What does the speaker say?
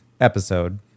episode